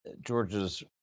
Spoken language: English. Georgia's